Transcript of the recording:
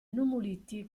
nummuliti